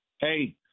hey